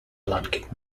blanket